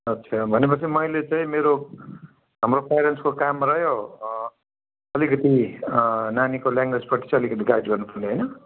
अच्छा भनेपछि मैले चाहिँ मेरो हाम्रो प्यारेन्ट्सको काम रह्यो अलिकति नानीको ल्याङ्ग्वेजपट्टि चाहिँ अलिकति गाइड गर्नुपर्ने होइन